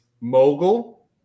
Mogul